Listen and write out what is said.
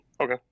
Okay